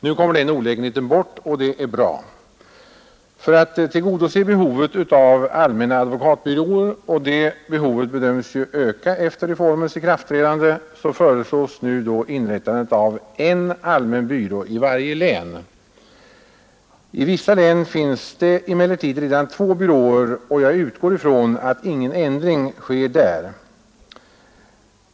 Nu försvinner den olägenheten, och det är bra. För att tillgodose behovet av allmänna advokatbyråer — och det behovet bedöms ju öka efter reformens ikraftträdande — föreslås nu inrättandet av en allmän byrå i varje län. I vissa län finns det emellertid redan två byråer, och jag utgår ifrån att ingen ändring sker där.